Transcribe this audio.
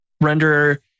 render